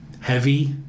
heavy